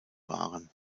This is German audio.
waren